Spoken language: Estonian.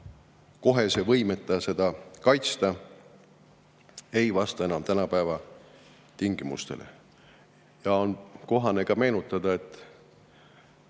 kohese võimeta seda kaitsta ei vasta enam tänapäeva tingimustele. On kohane ka meenutada, et